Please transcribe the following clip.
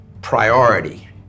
priority